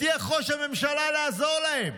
הבטיח ראש הממשלה לעזור להם.